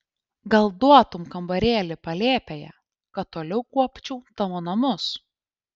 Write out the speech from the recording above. gal duotum kambarėlį palėpėje kad toliau kuopčiau tavo namus